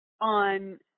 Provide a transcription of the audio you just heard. on